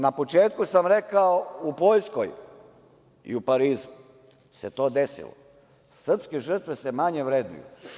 Na početku sam rekao, u Poljskoj i u Parizu se to desilo, srpske žrtve se manje vrednuju.